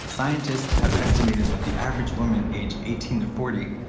scientists have estimated that the average woman, aged eighteen to forty,